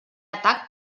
atac